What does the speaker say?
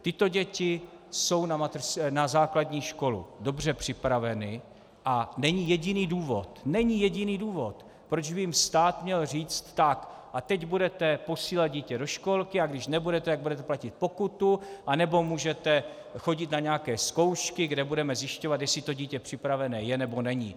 Tyto děti jsou na základní školu dobře připraveny a není jediný důvod, není jediný důvod , proč by jim stát měl říct: Tak a teď budete posílat dítě do školky, a když nebudete, tak budete platit pokutu, anebo můžete chodit na nějaké zkoušky, kde budeme zjišťovat, jestli to dítě připravené je, nebo není.